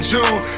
June